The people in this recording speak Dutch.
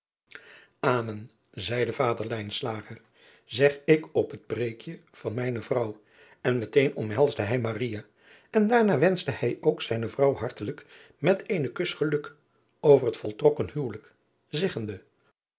zeide vader zeg ik op het preekje van mijne vrouw en meteen omhelsde hij en daarna wenschte hij ook zijne vrouw hartelijk met eenen kus geluk over het voltrokken huwelijk zeggende